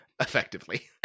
effectively